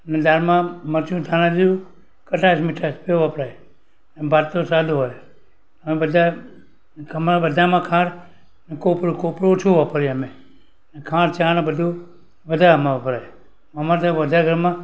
ને દાળમાં મરચું ધાણા જીરું ખટાશ મીઠાશ એ વપરાય ભાત તો સાદો હોય અને બધા ગમા બધામાં ખાંડ કોપરું કોપરું ઓછું વાપરીએ અમે ખાંડ ચા ને બધુ વધારે આમાં વપરાય અમારે ત્યાં બધાય ઘરમાં